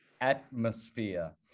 atmosphere